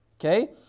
Okay